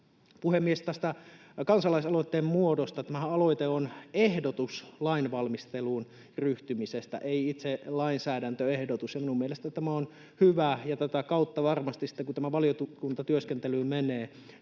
Puhemies! Tästä kansalaisaloitteen muodosta: Tämä aloitehan on ehdotus lainvalmisteluun ryhtymisestä, ei itse lainsäädäntöehdotus, ja minun mielestäni tämä on hyvä. Tätä kautta varmasti, sitten kun tämä valiokuntatyöskentelyyn menee,